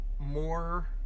more